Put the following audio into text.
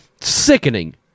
Sickening